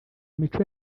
micho